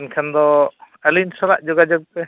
ᱮᱱᱠᱷᱟᱱ ᱫᱚ ᱟᱹᱞᱤᱧ ᱥᱟᱞᱟᱜ ᱡᱳᱜᱟᱡᱳᱜᱽ ᱯᱮ